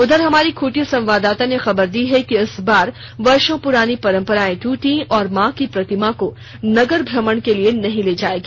उधर हमारी खूंटी संवाददाता ने खबर दी है कि इस बार वर्षो पुरानी परंपरायें टूटी और मां की प्रतिमा को नगर भ्रमण के लिए नहीं ले जाया गया